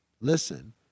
listen